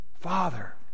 Father